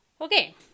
Okay